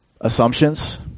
assumptions